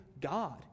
God